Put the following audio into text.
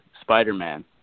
Spider-Man